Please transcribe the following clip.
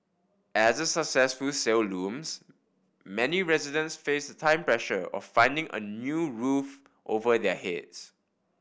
as the successful sale looms many residents face the time pressure of finding a new roof over their heads